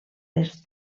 les